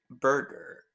burger